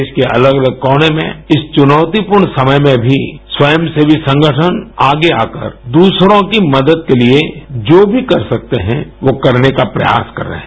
देश के अलग अलग कोने में इस चुनौतीपूर्ण समय में भी स्वयं सेवी संगठन आगे आकर दूसरों की मदद के लिए जो मी कर सकते हैं वो करने का प्रयास कर रहे हैं